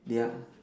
their